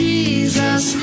Jesus